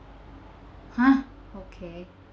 !huh! okay